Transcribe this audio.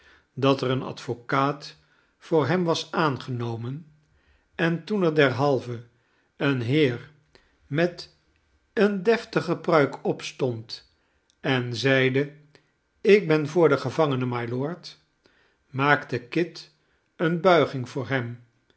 dat er een advocaat voor hem was aangenomen en toen er derhalve een heer met eene deftige pruik opstond en zeide ik ben voor den gevangene mylord maakte kit eene buiging voor hem